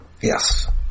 Yes